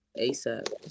ASAP